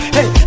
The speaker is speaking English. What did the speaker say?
Hey